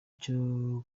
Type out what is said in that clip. cyo